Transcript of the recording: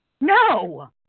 No